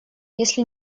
если